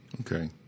Okay